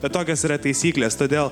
bet tokios yra taisyklės todėl